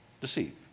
deceive